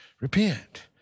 repent